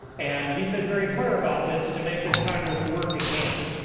and he's been very clear about this, and to make this congress work again.